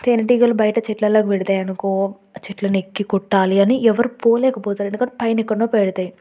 నేను తీనేటీగలు బయట చెట్లలోకి పెడతాయనుకో చెట్లను ఎక్కి కొట్టాలి అని ఎవరు పోలేకపోతారు ఎందుకంటే పైన ఎక్కడనో పెడతాయి